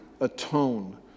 atone